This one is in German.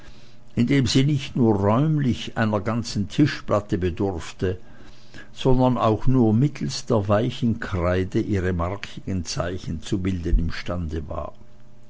indem sie nicht nur räumlich einer ganzen tischplatte bedurfte sondern auch nur mittelst der weichen kreide ihre markigen zeichen zu bilden imstande war